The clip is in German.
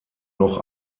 noch